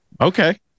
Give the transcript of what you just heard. Okay